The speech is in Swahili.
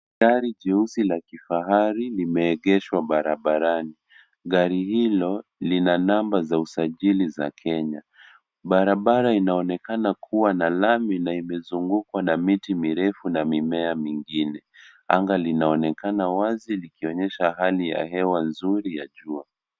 Gari jeusi la kifahari limeegeshwa barabarani gari hilo lina namba za usajili za Kenya. Barabara inaonekana kuwa na lami na imezungukwa na miti mirefu na mimea mingine anga linaonekana wazi likionyesha hali ya hewa nzuri ya jua.